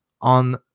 on